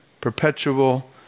perpetual